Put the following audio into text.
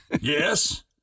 Yes